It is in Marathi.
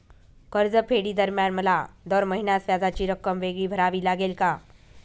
कर्जफेडीदरम्यान मला दर महिन्यास व्याजाची रक्कम वेगळी भरावी लागेल का?